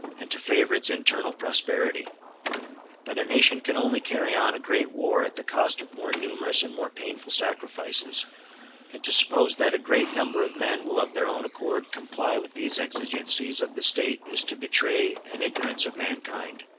and to favor its internal prosperity but a nation can only carry on a great war at the cost of more numerous and more painful sacrifices and to suppose that a great number of men will of their own accord comply with these exigencies of the state is to betray an ignorance of mankind.